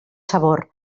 sabor